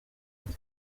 ati